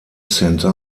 sainte